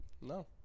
No